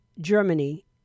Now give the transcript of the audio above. Germany